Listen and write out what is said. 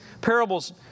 parables